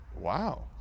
Wow